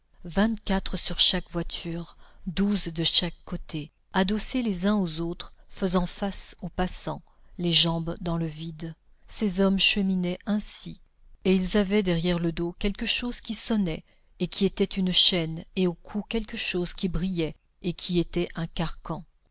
vingt-quatre sur chaque voiture douze de chaque côté adossés les uns aux autres faisant face aux passants les jambes dans le vide ces hommes cheminaient ainsi et ils avaient derrière le dos quelque chose qui sonnait et qui était une chaîne et au cou quelque chose qui brillait et qui était un carcan